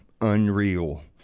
Unreal